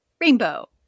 rainbow